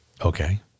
Okay